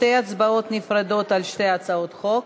שתי הצבעות נפרדות על שתי הצעות חוק.